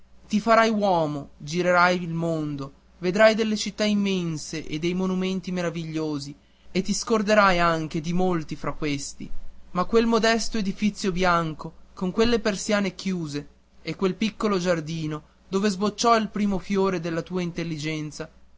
ti farai uomo girerai il mondo vedrai delle città immense e dei monumenti maravigliosi e ti scorderai anche di molti fra questi ma quel modesto edifizio bianco con quelle persiane chiuse e quel piccolo giardino dove sbocciò il primo fiore della tua intelligenza